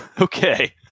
okay